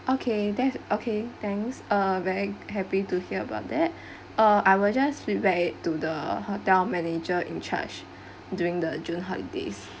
okay there's okay thanks uh very happy to hear about that uh I will just feedback to the hotel manager in charge during the june holidays